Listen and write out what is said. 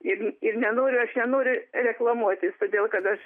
ir ir nenoriu aš nenoriu reklamuotis todėl kad aš